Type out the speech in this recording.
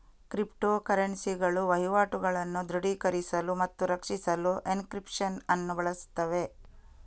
crypto ಕರೆನ್ಸಿಗಳು ವಹಿವಾಟುಗಳನ್ನು ದೃಢೀಕರಿಸಲು ಮತ್ತು ರಕ್ಷಿಸಲು ಎನ್ಕ್ರಿಪ್ಶನ್ ಅನ್ನು ಬಳಸುತ್ತವೆ